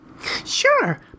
Sure